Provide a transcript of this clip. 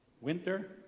Winter